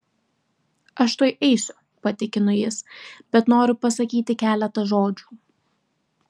aš tuoj eisiu patikino jis bet noriu pasakyti keletą žodžių